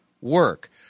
work